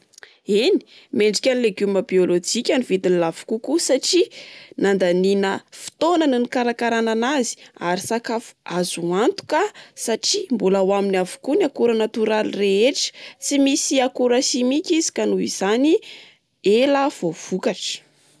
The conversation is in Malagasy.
Eny, mendrika ny legioma biolojika ny vidiny lafo kokoa satria nandaniana fotoana ny nikarakarana anazy. Ary sakafo azo antoka satria mbola ao aminy avokoa ny akora natoraly rehetra. Tsy misy akora simika izy ka noho izany ela vao vokatra.